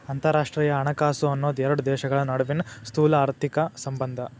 ಅಂತರರಾಷ್ಟ್ರೇಯ ಹಣಕಾಸು ಅನ್ನೋದ್ ಎರಡು ದೇಶಗಳ ನಡುವಿನ್ ಸ್ಥೂಲಆರ್ಥಿಕ ಸಂಬಂಧ